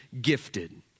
gifted